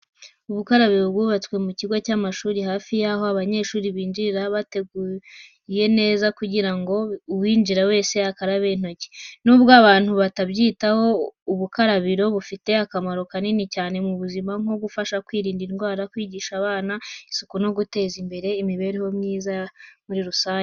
Ubukarabiro bwubatse mu kigo cy'amashuri hafi y'aho abanyeshuri binjirira, buteguye neza kugira ngo uwinjira wese akarabe intoki. Nubwo abantu batabyitaho, ubukarabiro bufite akamaro kanini cyane mu buzima nko gufasha kwirinda indwara, kwigisha abana isuku no guteza imbere imibereho myiza muri rusange.